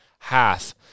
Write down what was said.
half